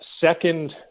second